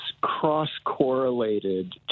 cross-correlated